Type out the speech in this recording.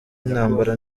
intambara